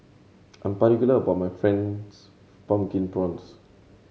I am particular about my Fried Pumpkin Prawns